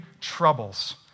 troubles